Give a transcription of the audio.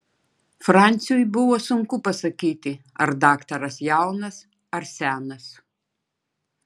franciui buvo sunku pasakyti ar daktaras jaunas ar senas